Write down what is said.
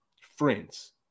friends